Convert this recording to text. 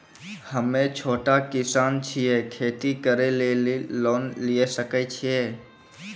हम्मे छोटा किसान छियै, खेती करे लेली लोन लिये सकय छियै?